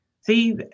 See